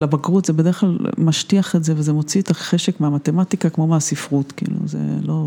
לבגרות זה בדרך כלל משטיח את זה וזה מוציא את החשק מהמתמטיקה כמו מהספרות, כאילו זה לא...